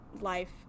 life